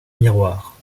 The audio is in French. miroir